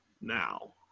now